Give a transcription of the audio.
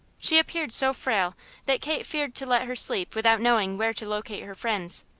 she appeared so frail that kate feared to let her sleep without knowing where to locate her friends.